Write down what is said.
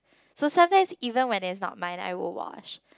so sometimes even when that's not mine I will wash